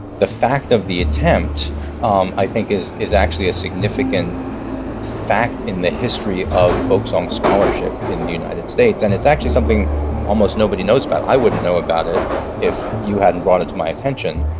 the fact of the attempt um i think is is actually a significant fact in the history of folk song scholarship in the united states. and it's actually something almost nobody knows about. i wouldn't know about it if you hadn't brought it to my attention.